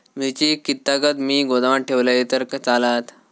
मिरची कीततागत मी गोदामात ठेवलंय तर चालात?